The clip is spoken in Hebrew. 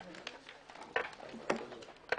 שלום לכולם,